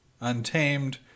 Untamed